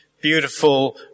beautiful